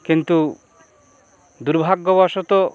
কিন্তু দুর্ভাগ্য বশত